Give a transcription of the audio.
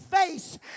face